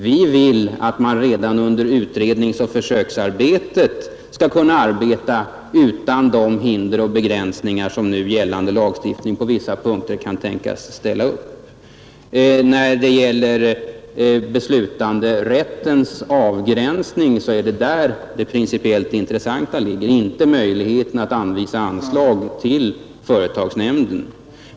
Vi vill att man redan under utredningsoch försöksarbetet skall kunna arbeta utan de hinder och begränsningar som nu gällande lagstiftning på vissa punkter kan tänkas ställa upp. Det är beslutanderättens avgränsning som är det principiellt intressanta, inte möjligheten att anvisa anslag till företagsnämnden.